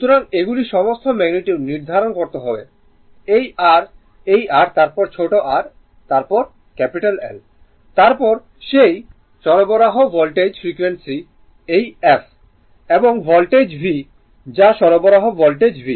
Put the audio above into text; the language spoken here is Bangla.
সুতরাং এগুলি সমস্ত ম্যাগনিটিউড নির্ধারণ করতে হবে এই R এই R তারপর ছোট r তারপর L তারপর সেই সরবরাহ ভোল্টেজের ফ্রিকোয়েন্সি এই f এবং ভোল্টেজ V যা সরবরাহ ভোল্টেজ V